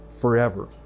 forever